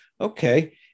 okay